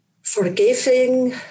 forgiving